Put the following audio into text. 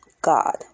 God